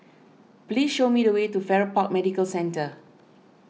please show me the way to Farrer Park Medical Centre